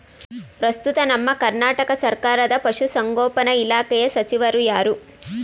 ಪ್ರಸ್ತುತ ನಮ್ಮ ಕರ್ನಾಟಕ ಸರ್ಕಾರದ ಪಶು ಸಂಗೋಪನಾ ಇಲಾಖೆಯ ಸಚಿವರು ಯಾರು?